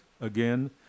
again